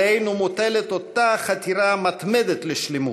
עלינו מוטלת אותה חתירה מתמדת לשלמות,